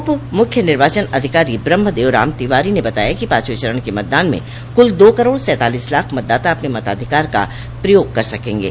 उप मुख्य निर्वाचन अधिकारी ब्रह्म देव राम तिवारी न बताया कि पांचवें चरण के मतदान में कुल दो करोड़ सैंतालीस लाख मतदाता अपने मताधिकार का प्रयोग कर सकेंगे